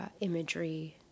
imagery